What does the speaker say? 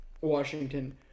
Washington